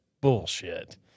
Bullshit